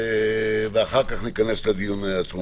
ואחר כך ניכנס לדיון עצמו.